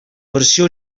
versió